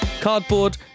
Cardboard